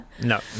No